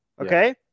okay